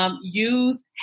Use